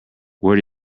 where